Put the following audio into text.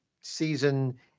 season